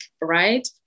right